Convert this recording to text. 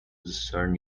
discern